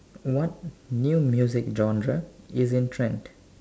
what new music genre is in trend